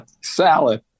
Salad